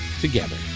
together